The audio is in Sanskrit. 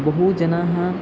बहु जनः